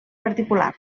particular